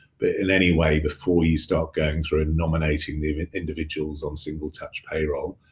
but in any way, before you start going through nominating the individuals on single touch payroll,